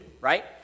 right